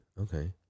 Okay